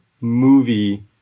movie